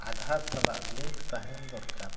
ᱟᱫᱷᱟᱨ ᱥᱟᱞᱟᱜ ᱞᱤᱝᱠ ᱛᱟᱦᱮᱱ ᱫᱚᱨᱠᱟᱨ